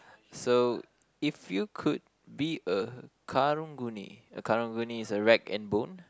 so if you could be a karang-guni a karang-guni is a rag and bone